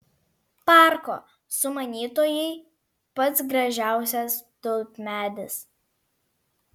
parko sumanytojai pats gražiausias tulpmedis